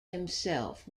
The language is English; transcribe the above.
himself